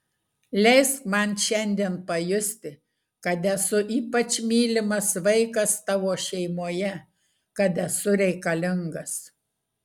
leisk man šiandien pajusti kad esu ypač mylimas vaikas tavo šeimoje kad esu reikalingas